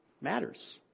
matters